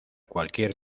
cualquier